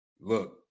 look